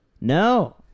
No